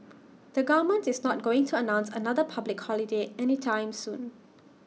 the government is not going to announce another public holiday anytime soon